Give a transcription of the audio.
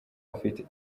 afite